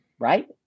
right